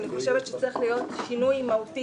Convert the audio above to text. אני חושבת שצריך להיות שינוי מהותי